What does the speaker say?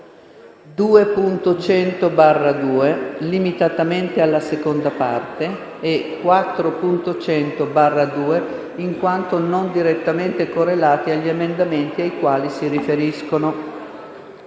2.100/2 limitatamente alla seconda parte e 4.100/2, in quanto non direttamente correlati agli emendamenti ai quali si riferiscono.